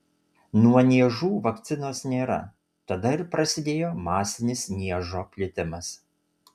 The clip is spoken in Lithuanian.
nuo niežų vakcinos nėra tada ir prasidėjo masinis niežo plitimas